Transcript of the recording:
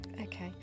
Okay